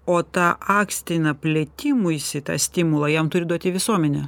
o tą akstiną plėtimuisi tą stimulą jam turi duoti visuomenė